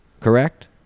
correct